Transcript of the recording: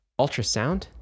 ultrasound